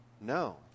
No